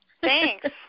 Thanks